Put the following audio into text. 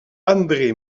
andré